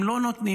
הם לא נותנים,